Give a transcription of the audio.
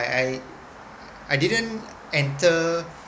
I I I didn't enter